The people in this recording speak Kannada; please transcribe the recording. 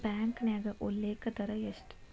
ಬ್ಯಾಂಕ್ನ್ಯಾಗ ಉಲ್ಲೇಖ ದರ ಎಷ್ಟ